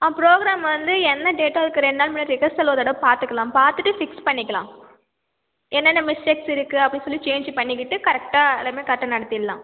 ஆ programme வந்து என்ன டேட்டோ அதுக்கு ரெண்டு நாள் முன்னாடி ரிகர்சல் ஒரு தடவை பார்த்துக்கலாம் பார்த்துட்டு ஃபிக்ஸ் பண்ணிக்கலாம் என்னென்ன மிஸ்டேக்ஸ் இருக்கு அப்படின்னு சொல்லி சேஞ்சு பண்ணிக்கிட்டு கரெக்டாக எல்லாமே கரெக்டாக நடத்திடலாம்